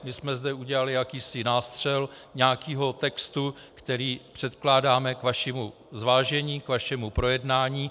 My jsme zde udělali jakýsi nástřel nějakého textu, který předkládáme k vašemu zvážení, vašemu projednání.